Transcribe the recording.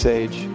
age